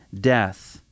death